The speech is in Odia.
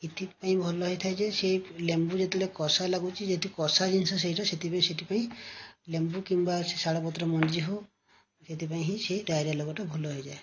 ଏଥିପାଇଁ ଭଲ ହେଇଥାଏ ଯେ ସେ ଲେମ୍ବୁ ଯେତେବେଳେ କଷା ଲାଗୁଛି ଯେହେତୁ କଷା ଜିନ୍ଷ ସେଇଟା ସେଥିପାଇଁ ସେଥିପାଇଁ ଲେମ୍ବୁ କିମ୍ବା ସେ ଶାଳ ପତ୍ର ମଞ୍ଜି ହେଉ ସେଥିପାଇଁ ହିଁ ସେ ଡ଼ାଇରିଆ ରୋଗଟା ଭଲ ହୋଇଯାଏ